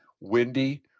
windy